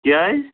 کیٛازِ